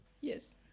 Yes